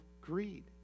greed